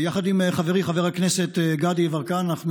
יחד עם חברי חבר הכנסת גדי יברקן אנחנו